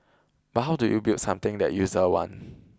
but how do you build something that user want